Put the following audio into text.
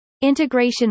Integration